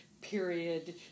period